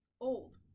old